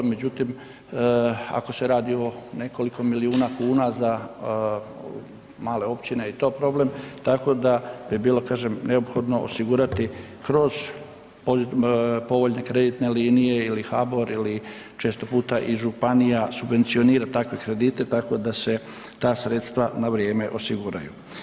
Međutim, ako se radi o nekoliko milijuna kuna za male općine i to je problem, tako da bi bilo kažem neophodno osigurati kroz povoljne kreditne linije ili HBOR ili često puta i županija subvencionira takve kredite tako da se ta sredstva na vrijeme osiguraju.